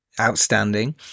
Outstanding